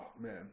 man